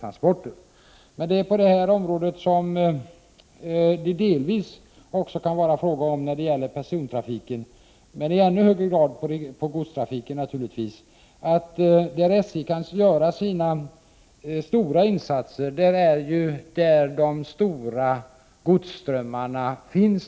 Men det som gäller på detta område, som det delvis också kan vara fråga om när det gäller persontrafiken, men i ännu högre grad på godstrafiken naturligtvis, är att där SJ kan göra sina stora insatser är där de stora godsströmmarna finns.